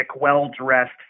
well-dressed